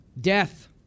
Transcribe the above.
Death